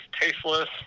tasteless